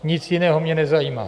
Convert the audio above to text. Nic jiného mě nezajímá.